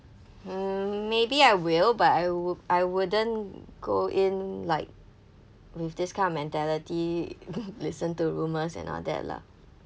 hmm maybe I will but I wo~ I wouldn't go in like with this kind of mentality listen to rumours and all that lah